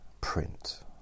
print